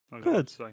Good